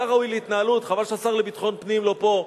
היה ראוי להתנהלות, חבל שהשר לביטחון פנים לא פה,